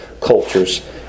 cultures